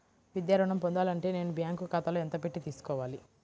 విద్యా ఋణం పొందాలి అంటే నేను బ్యాంకు ఖాతాలో ఎంత పెట్టి తీసుకోవాలి?